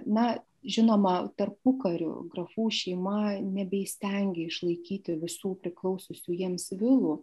na žinoma tarpukariu grafų šeima nebeįstengė išlaikyti visų priklausiusių jiems vilų